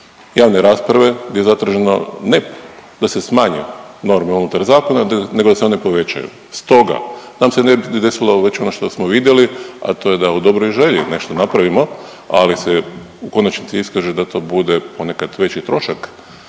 javne rasprave gdje je zatraženo ne da se smanji norme unutar zakona, nego da se one povećaju. Stoga da nam se ne bi desilo već ono što smo vidjeli, a to je da u dobroj želji nešto napravimo, ali se u konačnici iskaže da to bude ponekad veći trošak